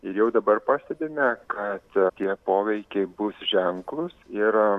ir jau dabar pastebime kad tie poveikiai bus ženklūs ir